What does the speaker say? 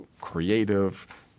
creative